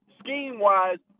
scheme-wise